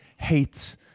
hates